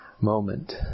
moment